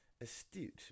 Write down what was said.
Astute